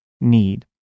need